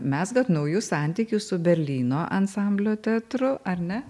mezgat naujus santykius su berlyno ansamblio teatru ar ne